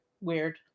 Weird